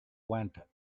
went